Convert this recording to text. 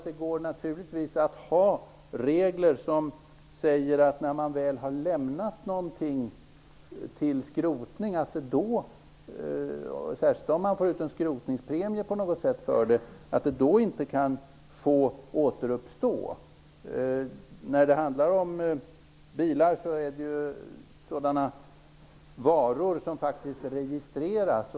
Det går naturligtvis att ha sådana regler som säger att när man väl har lämnat någonting till skrotning - särskilt om man får ut en skrotningspremie - får föremålet inte återuppstå. Bilar är ju sådana varor som skall registreras.